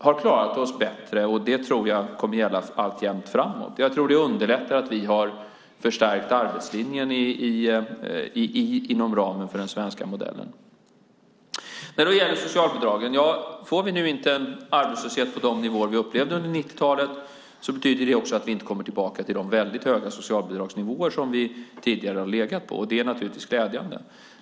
Jag tror att det även kommer att gälla framöver. Jag tror att det underlättar att vi har förstärkt arbetslinjen inom ramen för den svenska modellen. Får vi inte en arbetslöshet på de nivåer vi upplevde under 90-talet betyder det också att vi inte kommer tillbaka till de väldigt höga socialbidragsnivåer som vi tidigare har legat på, och det är naturligtvis glädjande.